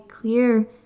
clear